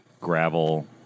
gravel